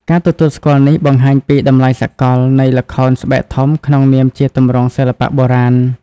ការទទួលស្គាល់នេះបង្ហាញពី តម្លៃសកល នៃល្ខោនស្បែកធំក្នុងនាមជាទម្រង់សិល្បៈបុរាណ។